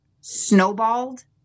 snowballed